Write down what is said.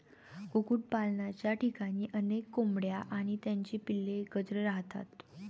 कुक्कुटपालनाच्या ठिकाणी अनेक कोंबड्या आणि त्यांची पिल्ले एकत्र राहतात